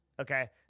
Okay